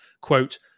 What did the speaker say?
Quote